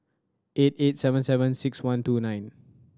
eight eight seven seven six one two nine